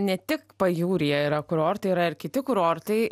ne tik pajūryje yra kurortai yra ir kiti kurortai